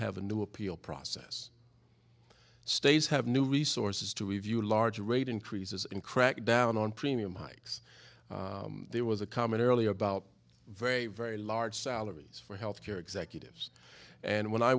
have a new appeal process states have new resources to review large rate increases and crack down on premium hikes there was a comment earlier about very very large salaries for health care executives and when i